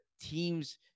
teams